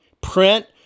print